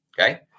Okay